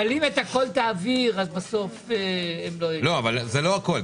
אבל אם את הכל תעביר אז בסוף הם לא --- אבל זה לא הכול,